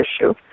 issue